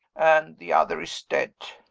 and the other is dead.